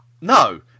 No